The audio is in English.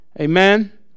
Amen